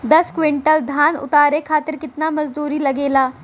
दस क्विंटल धान उतारे खातिर कितना मजदूरी लगे ला?